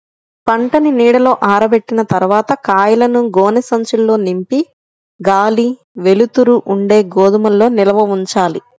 పంటని నీడలో ఆరబెట్టిన తర్వాత కాయలను గోనె సంచుల్లో నింపి గాలి, వెలుతురు ఉండే గోదాముల్లో నిల్వ ఉంచాలి